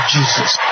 Jesus